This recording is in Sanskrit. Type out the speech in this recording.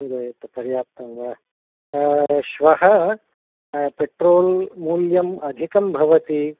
पर्याप्तम् वा श्वः पेट्रोल्मूल्यम् अधिकम् भवति